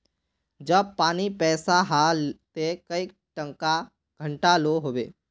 जब पानी पैसा हाँ ते कई टका घंटा लो होबे?